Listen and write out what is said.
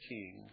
King